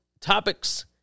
topics